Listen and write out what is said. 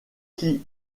qui